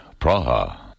Praha